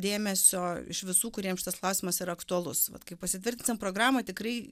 dėmesio iš visų kuriems šitas klausimas yra aktualus vat kai pasitvirtinsim programą tikrai